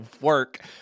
work